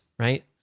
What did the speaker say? Right